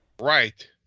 Right